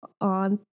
on